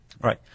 Right